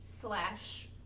Slash